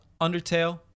Undertale